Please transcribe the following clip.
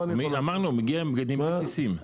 אמרנו, מגיע עם בגדים בלי כיסים.